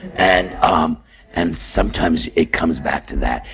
and um and sometimes, it comes back to that.